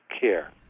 care